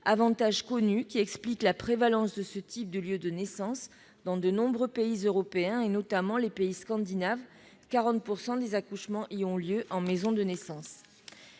avantages connus expliquent la prévalence de ce type de lieux de naissance dans de nombreux pays européens, notamment dans les pays scandinaves, où 40 % des accouchements ont lieu dans de telles